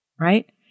Right